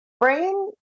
brain